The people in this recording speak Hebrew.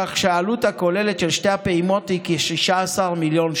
כך שהעלות הכוללת של שתי הפעימות היא כ-16 מיליון ש"ח.